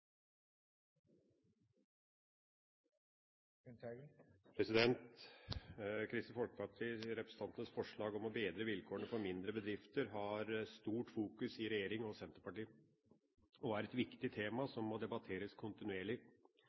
Kristelig Folkepartis representanters forslag om å bedre vilkårene for mindre bedrifter har stort fokus i regjeringa og Senterpartiet og er et viktig tema som må debatteres kontinuerlig.